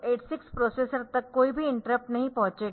8086 processor तक कोई भी इंटरप्ट नहीं पहुंचेगा